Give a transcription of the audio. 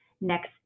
next